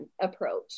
approach